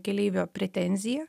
keleivio pretenziją